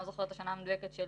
אני לא זוכרת את השנה המדויקת של